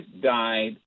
died